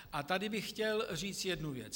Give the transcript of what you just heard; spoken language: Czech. A tady bych chtěl říct jednu věc.